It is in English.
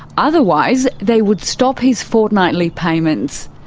otherwise they would stop his fortnightly payments.